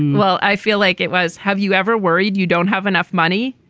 well i feel like it was have you ever worried you don't have enough money.